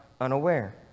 unaware